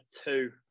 two